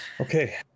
Okay